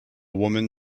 woman